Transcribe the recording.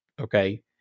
okay